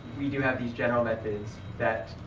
we do have these general methods that